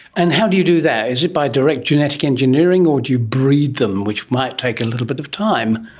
and how do you do that? is it by direct genetic engineering, or do you breed them, which might take a little bit of time?